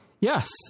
Yes